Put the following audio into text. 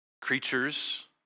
Creatures